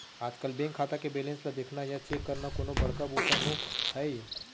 आजकल बेंक खाता के बेलेंस ल देखना या चेक करना कोनो बड़का बूता नो हैय